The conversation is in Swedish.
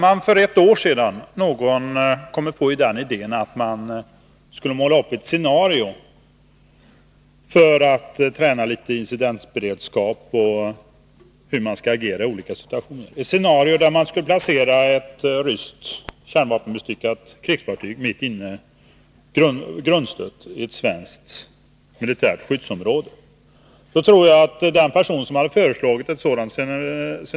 Om någon för ett år sedan hade kommit på den idén att man, för att bl.a. träna incidentberedskap, skulle måla upp ett scenario med ett grundstött ryskt kärnvapenbestyckat krigsfartyg mitt inne i svenskt militärt skyddsområde, tror jag att den personen hade blivit utskrattad.